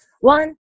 One